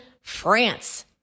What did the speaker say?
France